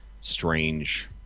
strange